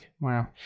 Wow